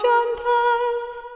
Gentiles